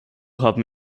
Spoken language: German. haben